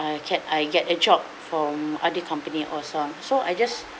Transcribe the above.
uh can I get a job from other company also so I just